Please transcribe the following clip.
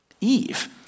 Eve